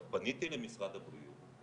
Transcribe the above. פניתי למשרד הבריאות,